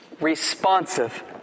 responsive